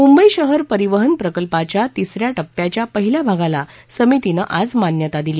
मुंबई शहर परिवहन प्रकल्पाच्या तिसऱ्या टप्प्याच्या पहिल्या भागाला समितीनं आज मान्यता दिली